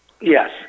Yes